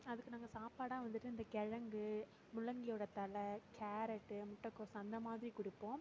அதுக்கு நாங்கள் சாப்பாடாக வந்துட்டு இந்த கிழங்கு முள்ளங்கியோடய தழை கேரட்டு முட்டைகோஸ் அந்த மாதிரி கொடுப்போம்